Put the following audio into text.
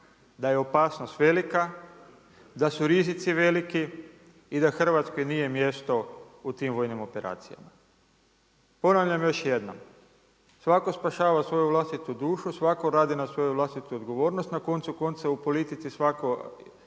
da je opasnost velika, da su rizici veliki i da Hrvatskoj nije mjesto u tim vojnim operacijama. Ponavljam još jednom. Svatko spašava svoju vlastitu dušu, svatko radi na svoju vlastitu odgovornost. Na koncu konca u politici svatko